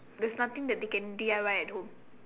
there's nothing that they can D_I_Y at home